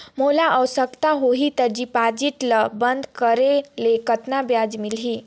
मोला आवश्यकता होही त डिपॉजिट ल बंद करे ले कतना ब्याज मिलही?